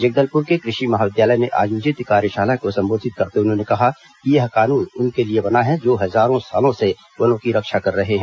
जगदलपुर के कृषि महाविद्यालय में आयोजित कार्यशाला को संबोधित करते हुए उन्होंने कहा कि यह कानून उनके लिए बना है जो हजारों सालों से वनों की रक्षा कर रहे हैं